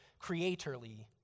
creatorly